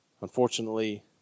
Unfortunately